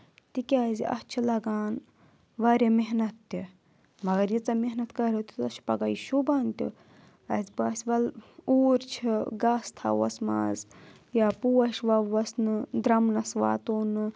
تِکیٛازِ اَتھ چھِ لَگان واریاہ محنت تہِ مگر ییٖژاہ محنت کَرو تیوٗتاہ چھُ یہِ پَگہہ یہِ شوٗبان تہٕ اَسہِ باسہِ وَلہٕ اوٗرۍ چھِ گاسہٕ تھاوہوس منٛز یا پوش وَوہوس نہٕ درٛمنَس واتو نہٕ